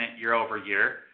year-over-year